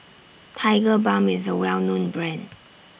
Tigerbalm IS A Well known Brand